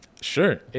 Sure